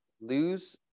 lose